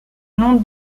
nom